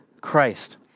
Christ